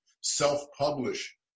self-publish